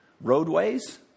roadways